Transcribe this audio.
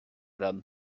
them